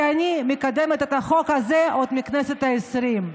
כי אני מקדמת את החוק הזה עוד מהכנסת העשרים.